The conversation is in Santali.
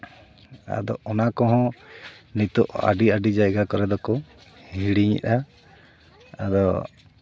ᱟᱫᱚ ᱚᱱᱟ ᱠᱚᱦᱚᱸ ᱱᱤᱛᱚᱜ ᱟᱹᱰᱤ ᱟᱹᱰᱤ ᱡᱟᱭᱜᱟ ᱠᱚᱨᱮ ᱫᱚᱠᱚ ᱜᱤᱲᱤᱧᱜᱼᱟ ᱟᱫᱚ